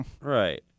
right